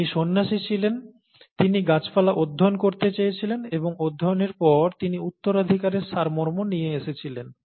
তিনি সন্ন্যাসী ছিলেন তিনি গাছপালা অধ্যয়ন করতে চেয়েছিলেন এবং অধ্যায়নের পর তিনি উত্তরাধিকারের সারমর্ম নিয়ে এসেছিলেন